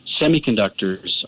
semiconductors